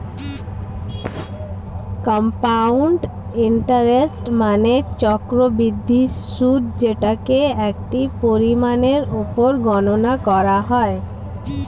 compound interest মানে চক্রবৃদ্ধি সুদ যেটাকে একটি পরিমাণের উপর গণনা করা হয়